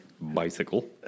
bicycle